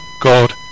God